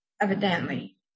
evidently